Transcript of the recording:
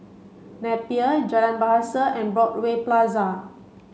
Napier Jalan Bahasa and Broadway Plaza